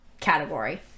category